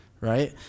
right